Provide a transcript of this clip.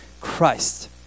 Christ